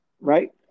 Right